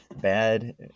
Bad